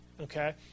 okay